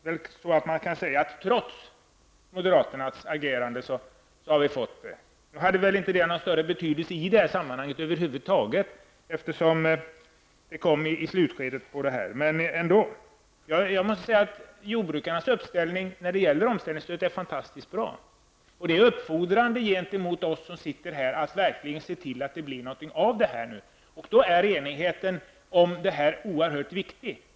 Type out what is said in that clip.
Man kan säga att vi har åstadkommit detta trots moderaternas agerande. Nu hade det väl inte någon större betydelse i detta sammanhang över huvud taget, eftersom det kom i slutskedet, men ändå. Jag vill säga att jordbrukarnas uppslutning vad gäller omställningsstödet är fantastiskt bra. Det är uppfordrande för oss som sitter här att verkligen se till att det blir något av detta, och då är enigheten oerhörd viktig.